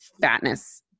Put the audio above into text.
fatness